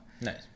Nice